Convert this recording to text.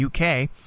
UK